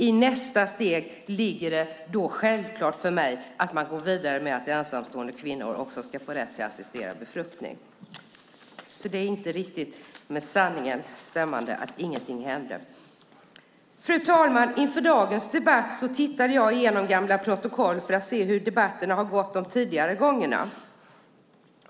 I nästa steg är det självklart för mig att gå vidare med att ensamstående kvinnor också ska få rätt till assisterad befruktning. Det är inte riktigt med sanningen överensstämmande att ingenting hände. Fru talman! Inför dagens debatt tittade jag igenom gamla protokoll för att se hur debatterna har gått de tidigare gångerna.